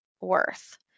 worth